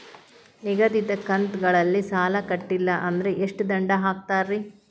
ನಿಗದಿತ ಕಂತ್ ಗಳಲ್ಲಿ ಸಾಲ ಕಟ್ಲಿಲ್ಲ ಅಂದ್ರ ಎಷ್ಟ ದಂಡ ಹಾಕ್ತೇರಿ?